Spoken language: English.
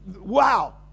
wow